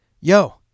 yo